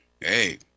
hey